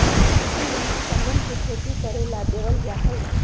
कृषि लोन किसनवन के खेती करे ला देवल जा हई